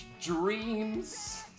dreams